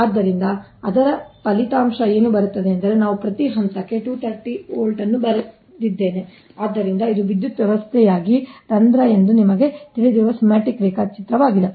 ಆದ್ದರಿಂದ ಅದರ ಫಲಿತಾಂಶ ಏನು ಬರುತ್ತದೆ ಎಂದರೆ ನಾನು ಪ್ರತಿ ಹಂತಕ್ಕೆ 230V ಅನ್ನು ಬರೆದಿದ್ದೇನೆ ಆದ್ದರಿಂದ ಇದು ವಿದ್ಯುತ್ ವ್ಯವಸ್ಥೆಯಾಗಿ ರಂಧ್ರ ಎಂದು ನಿಮಗೆ ತಿಳಿದಿರುವ ಸ್ಕೀಮ್ಯಾಟಿಕ್ ರೇಖಾಚಿತ್ರವಾಗಿದೆ